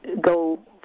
go